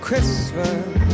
Christmas